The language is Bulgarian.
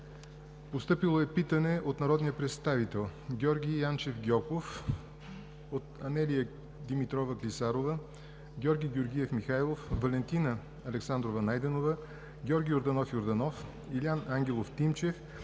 февруари 2019 г. - народния представител Георги Янчев Гьоков, Анелия Димитрова Клисарова, Георги Георгиев Михайлов, Валентина Александрова Найденова, Георги Йорданов Йорданов, Илиан Ангелов Тимчев